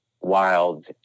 wild